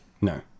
No